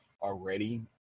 already